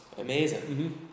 amazing